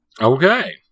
Okay